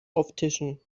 auftischen